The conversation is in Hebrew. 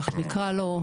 איך שנקרא לו,